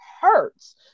hurts